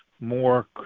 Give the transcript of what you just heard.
more